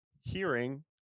hearing